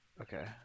okay